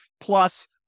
Plus